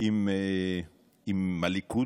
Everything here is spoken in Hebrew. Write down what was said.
עם הליכוד,